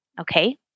okay